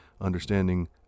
understanding